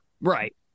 right